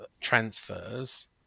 transfers